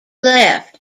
left